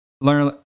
learn